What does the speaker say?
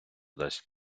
дасть